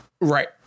Right